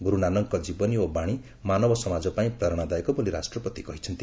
ଗୁରୁ ନାନକଙ୍କ ଜୀବନୀ ଓ ବାଣୀ ମାନବ ସମାଜ ପାଇଁ ପ୍ରେରଣାଦାୟକ ବୋଲି ରାଷ୍ଟ୍ରପତି କହିଛନ୍ତି